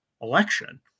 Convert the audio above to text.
election